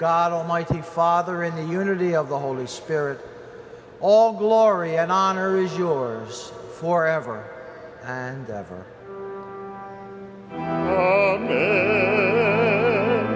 god almighty father in the unity of the holy spirit all glory and honors yours for ever and ever